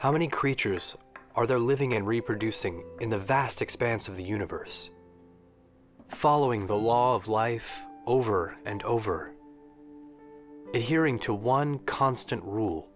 how many creatures are there living and reproducing in the vast expanse of the universe following the law of life over and over to hearing to one constant rule